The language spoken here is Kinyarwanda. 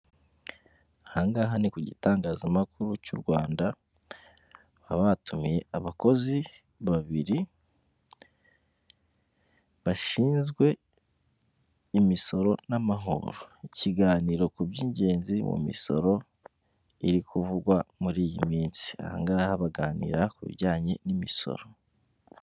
Aha ngaha ni ku gitangazamakuru cy'u Rwanda, baba batumiye abakozi babiri bashinzwe imisoro n'amahoro, ikiganiro ku by'ingenzi mu misoro iri kuvugwa muri iyi minsi, aha ngaha baganira ku bijyanye n'imisoro.